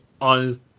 on